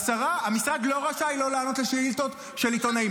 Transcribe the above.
פשוט, השרה לא חייבת לענות על שאלות הציבור.